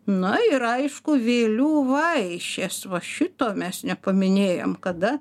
na ir aišku vėlių vaišės va šito mes nepaminėjom kada